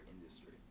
industry